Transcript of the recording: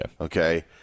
okay